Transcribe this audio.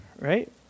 right